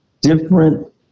different